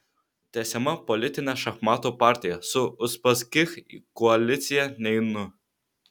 tęsiama politinė šachmatų partija su uspaskich į koaliciją neinu